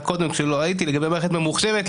קודם כשלא הייתי לגבי מערכת ממוחשבת,